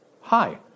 Hi